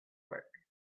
work